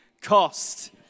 cost